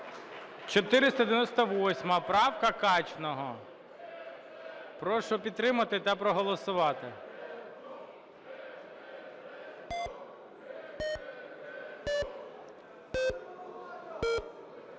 498 правка, Качного. Прошу підтримати та проголосувати.